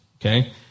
Okay